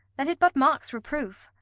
that it but mocks reproof.